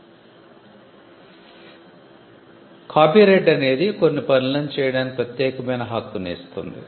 కాబట్టి కాపీరైట్ అనేది కొన్ని పనులను చేయడానికి ప్రత్యేకమైన హక్కును ఇస్తుంది